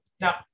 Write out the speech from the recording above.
Now